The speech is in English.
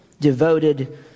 devoted